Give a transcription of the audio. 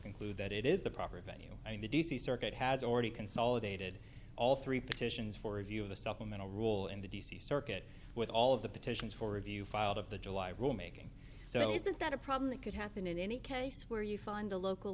conclude that it is the proper venue and the d c circuit has already consolidated all three petitions for review of the supplemental rule and the d c circuit with all of the petitions for review filed of the july rule making so isn't that a problem that could happen in any case where you find a local